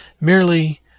merely